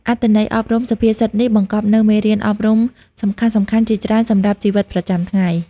អត្ថន័យអប់រំសុភាសិតនេះបង្កប់នូវមេរៀនអប់រំសំខាន់ៗជាច្រើនសម្រាប់ជីវិតប្រចាំថ្ងៃ។